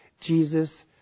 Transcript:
Jesus